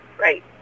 Right